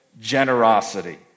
generosity